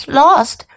lost